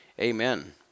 amen